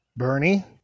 Bernie